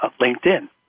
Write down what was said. LinkedIn